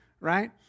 right